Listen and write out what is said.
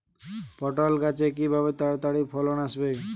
পটল গাছে কিভাবে তাড়াতাড়ি ফলন আসবে?